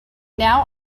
now